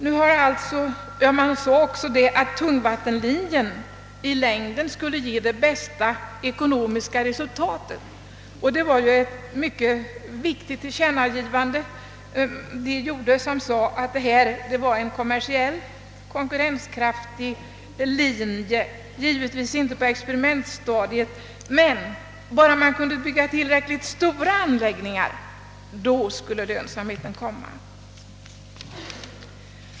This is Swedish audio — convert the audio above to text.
Man sade också att tungvattenlinjen i längden skulle ge det bästa ekonomiska resultatet. Det var ju ett mycket viktigt tillkännagivande, att detta var en kommersiellt konkurrenskraftig linje; givetvis inte på experimentstadiet, men bara man kunde bygga tillräckligt stora anläggningar så skulle lönsamheten komma.